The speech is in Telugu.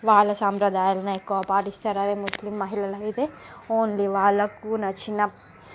వాళ్ళ సాంప్రదాయాలనే ఎక్కువ పాటిస్తారు అదే ముస్లిం మహిళలు అయితే ఓన్లీ వాళ్ళకు నచ్చిన